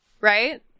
Right